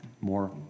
more